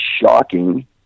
shocking